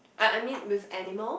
I I mean with animals